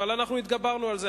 אבל אנחנו התגברנו על זה.